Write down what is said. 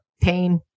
pain